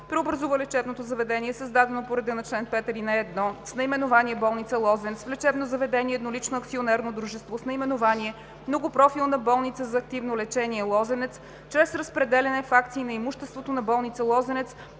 преобразува лечебното заведение, създадено по реда на чл. 5, ал. 1 с наименование „Болница „Лозенец“ в лечебно заведение – еднолично акционерно дружество с наименование „Многопрофилна болница за активно лечение „Лозенец“ чрез разпределяне в акции на имуществото на болница „Лозенец“,